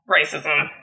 Racism